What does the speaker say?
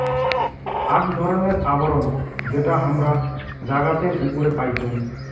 আক ধরণের আবরণ যেটা হামরা জাগাতের উপরে পাইচুং